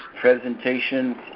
presentation